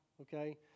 okay